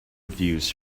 reviews